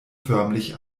förmlich